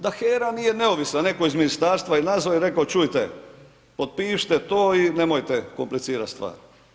Da HERA nije neovisna netko iz ministarstva je nazvao i rekao, čujte, otpišite to i nemojte komplicirati stvar.